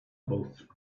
both